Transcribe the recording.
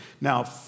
Now